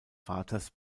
vaters